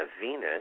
Venus